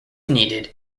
needed